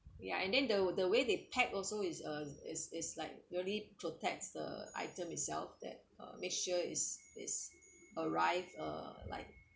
ya and then the the way they pack also is a is is like really protect the item itself that uh make sure it's is arrives uh like